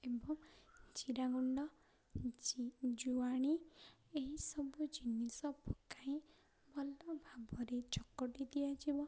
ଏବଂ ଜିରା ଗୁଣ୍ଡ ଜୁଆଣି ଏହିସବୁ ଜିନିଷ ପକାଇ ଭଲ ଭାବରେ ଚକଟି ଦିଆଯିବ